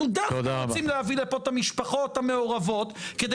אנחנו דווקא רוצים להביא לפה את המשפחות המעורבות כדי